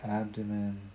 abdomen